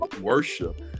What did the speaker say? worship